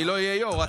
אני לא אהיה יו"ר.